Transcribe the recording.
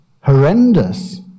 horrendous